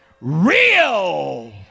real